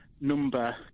number